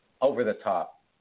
over-the-top